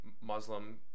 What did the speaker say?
Muslim